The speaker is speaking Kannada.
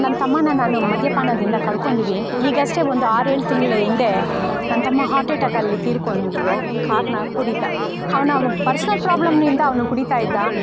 ನನ್ನ ತಮ್ಮನಾ ನಾನು ಮದ್ಯಪಾನದಿಂದ ಕಳ್ಕೊಂಡೀವಿ ಈಗಷ್ಟೆ ಒಂದು ಆರೇಳು ತಿಂಗಳ ಹಿಂದೆ ನನ್ನ ತಮ್ಮ ಹಾರ್ಟ್ ಅಟ್ಯಾಕಲ್ಲಿ ತೀರಿಕೊಂಡ್ರು ಕಾರ್ಣ ಕುಡಿತ ಅವ್ನ ಪರ್ಸನಲ್ ಪ್ರಾಬ್ಲಮ್ನಿಂದ ಅವನು ಕುಡಿತಾಯಿದ್ದ